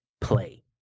play